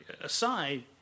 aside